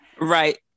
right